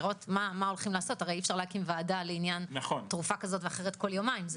הרי אי-אפשר להקים ועדה לעניין תרופה כזו או אחרת כל יומיים.